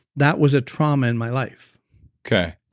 that was a trauma in my life okay,